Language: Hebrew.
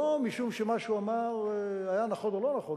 לא משום שמה שהוא אמר היה נכון או לא נכון,